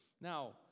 Now